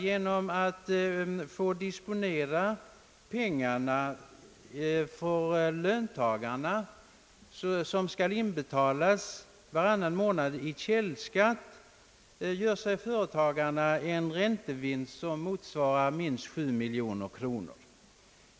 Genom att företagarna får disponera de pengar från löntagarna, som varannan månad skall inbetalas i källskatt, gör de sig vidare en räntevinst som motsvarar minst 7 miljoner kronor.